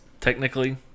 Technically